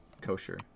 kosher